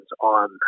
on